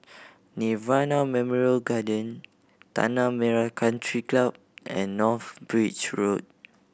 Nirvana Memorial Garden Tanah Merah Country Club and North Bridge Road